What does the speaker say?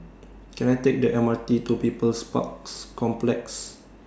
Can I Take The M R T to People's Parks Complex